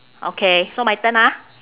okay so my turn ah